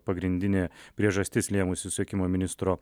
pagrindinė priežastis lėmusi susiekimo ministro